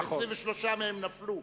23 מהם נפלו.